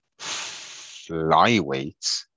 flyweight